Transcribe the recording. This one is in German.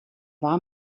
war